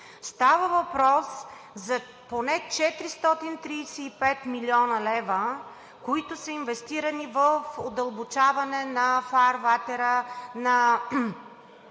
Става въпрос за поне 435 млн. лв., които са инвестирани в удълбочаване на фарватера на